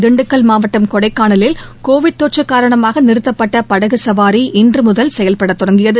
திண்டுக்கல் மாவட்டம் கொடைக்கானலில் கோவிட் தொற்று காரணமாக நிறுத்தப்பட்ட படகு சவாரி இன்று முதல் செயல்படத் தொடங்கியது